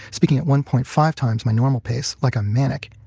speaking at one point five times my normal pace, like i'm manic,